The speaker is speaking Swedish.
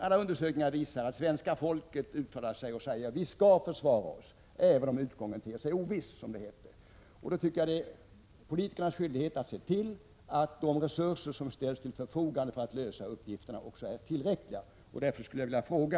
Alla undersökningar visar att svenska folket vill att vi skall försvara oss ”även om utgången skulle te sig oviss”, som det heter. Det bör därför vara politikernas skyldighet att se till att de resurser som ställs till förfogande för att lösa uppgifterna också är tillräckliga.